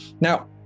Now